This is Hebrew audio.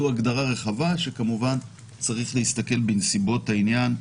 צריך להסתכל על כל דבר לפי נסיבות העניין.